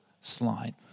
slide